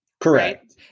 Correct